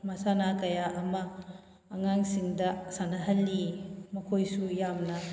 ꯃꯁꯥꯟꯅ ꯀꯌꯥ ꯑꯃ ꯑꯉꯥꯡꯁꯤꯡꯗ ꯁꯥꯟꯅꯍꯜꯂꯤ ꯃꯈꯣꯏꯁꯨ ꯌꯥꯝꯅ